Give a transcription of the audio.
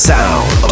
Sound